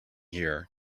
here